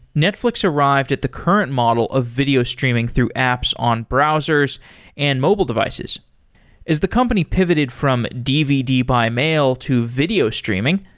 netflix arrived at the current model of video streaming through apps on browsers and mobile devices as the company pivoted from dvd by mail to video streaming,